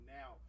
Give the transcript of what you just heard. now